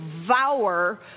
devour